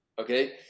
okay